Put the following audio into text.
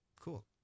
Cool